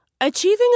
Achieving